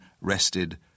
rested